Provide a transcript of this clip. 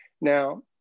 Now